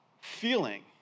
feeling